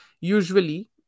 usually